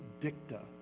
dicta